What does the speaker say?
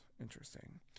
Interesting